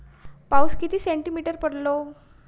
पाऊस किती सेंटीमीटर पडलो?